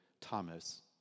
Thomas